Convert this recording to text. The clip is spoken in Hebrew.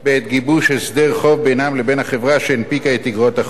גיבוש הסדר חוב בינם לבין החברה שהנפיקה את איגרות החוב,